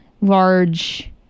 large